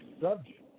subject